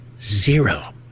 zero